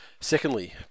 Secondly